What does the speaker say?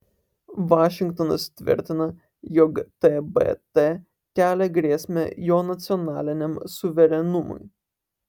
vašingtonas tvirtina jog tbt kelia grėsmę jo nacionaliniam suverenumui